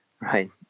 right